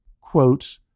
quote